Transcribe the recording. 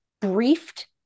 briefed